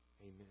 Amen